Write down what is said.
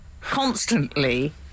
constantly